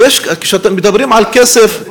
כשמדברים על כסף,